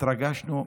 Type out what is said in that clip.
התרגשנו.